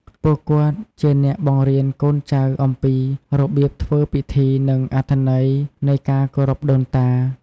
ពួកគាត់ជាអ្នកបង្រៀនកូនចៅអំពីរបៀបធ្វើពិធី និងអត្ថន័យនៃការគោរពដូនតា។